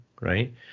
right